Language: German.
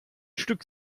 stück